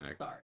Sorry